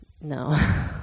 No